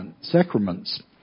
sacraments